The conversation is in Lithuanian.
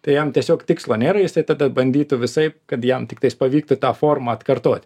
tai jam tiesiog tikslo nėra jisai tada bandytų visaip kad jam tiktais pavyktų tą formą atkartoti